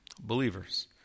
believers